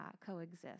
coexist